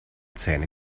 zähne